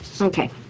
Okay